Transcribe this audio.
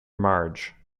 marge